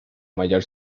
mayor